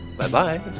Bye-bye